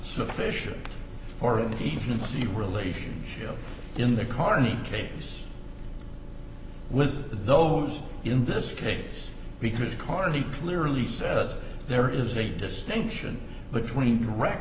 sufficient for an easy relationship in the carney case with those in this case because carney clearly says there is a distinction between dir